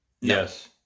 Yes